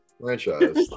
franchise